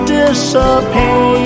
disappear